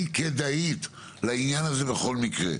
היא כדאית לעניין הזה בכל מקרה.